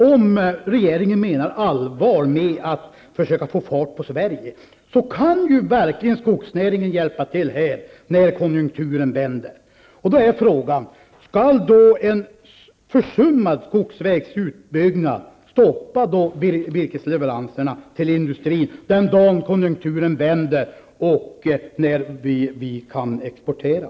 Om regeringen menar allvar med att försöka få fart på Sverige kan skogsnäringen verkligen hjälpa till när konjunkturen vänder. Då är frågan: Skall en försummad skogsvägsutbyggnad stoppa virkesleveranserna till industrin den dag konjunkturen vänder och då vi kan exportera?